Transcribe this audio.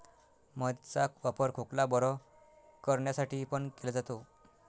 मध चा वापर खोकला बरं करण्यासाठी पण केला जातो